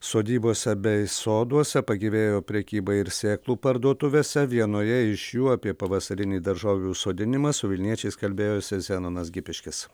sodybose bei soduose pagyvėjo prekyba ir sėklų parduotuvėse vienoje iš jų apie pavasarinį daržovių sodinimą su vilniečiais kalbėjosi zenonas gipiškis